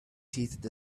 seated